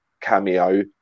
cameo